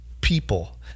people